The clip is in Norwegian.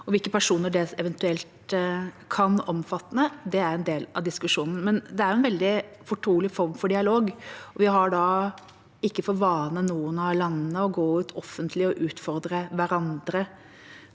hvilke personer det eventuelt kan omfatte, er en del av diskusjonen, men det er en veldig fortrolig form for dialog. Vi har da ikke for vane, ikke noen av landene, å gå ut offentlig og utfordre hverandre